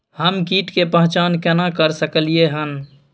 हम कीट के पहचान केना कर सकलियै हन?